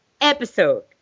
episode